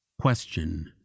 question